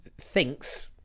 thinks